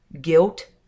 guilt